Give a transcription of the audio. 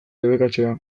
debekatzea